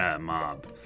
mob